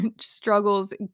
struggles